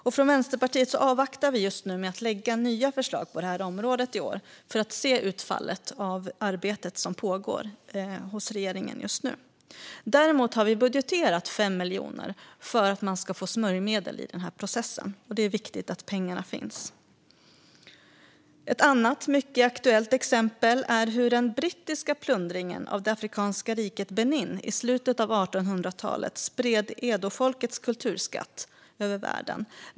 Och från Vänsterpartiet avvaktar vi just nu med att lägga fram nya förslag på detta område i år för att se utfallet av det arbete som pågår hos regeringen just nu. Däremot har vi budgeterat 5 miljoner kronor för att man ska få smörjmedel i denna process. Det är viktigt att pengarna finns. Ett annat mycket aktuellt exempel är hur den brittiska plundringen av det afrikanska riket Benin i slutet av 1800-talet spred edofolkets kulturskatt över världen.